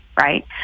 right